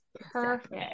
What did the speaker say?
Perfect